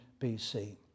BC